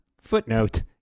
Footnote